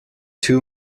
too